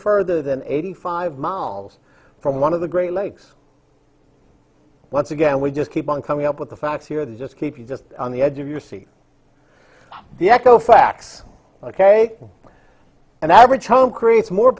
further than eighty five miles from one of the great lakes once again we just keep on coming up with the facts here to just keep you just on the edge of your seat the echo facts ok and average home creates more